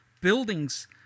buildings